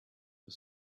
for